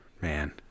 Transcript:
Man